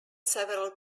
several